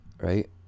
right